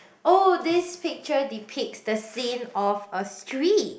oh this picture depicts the scene of a street